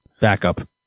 backup